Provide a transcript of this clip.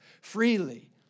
freely